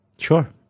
Sure